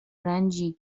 رنجی